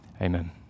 amen